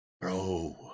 bro